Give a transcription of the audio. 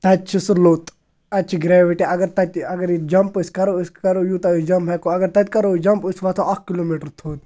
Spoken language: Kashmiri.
تَتہِ چھِ سُہ لوٚت اَتہِ چھِ گرٛیوِٹی اگر تَتہِ اَگَر یہِ جَمپ أسۍ کَرو أسۍ کَرو یوٗتاہ أسۍ جَمپ ہٮ۪کو اَگَر تَتہِ کَرو أسۍ جَمپ أسۍ وَتھو اَکھ کِلوٗ میٖٹَر تھوٚد